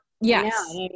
yes